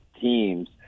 teams